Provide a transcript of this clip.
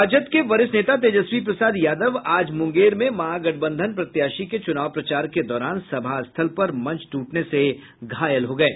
राजद के वरिष्ठ नेता तेजस्वी प्रसाद यादव आज मुंगेर में महागठबंधन प्रत्याशी के चुनाव प्रचार के दौरान सभास्थल पर मंच टूटने से घायल हो गये